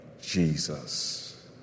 Jesus